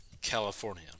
California